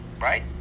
Right